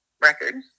record